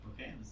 okay